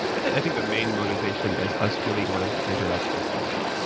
i think the main motivation is us really wanting to enter that space and learn,